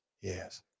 Yes